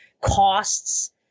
costs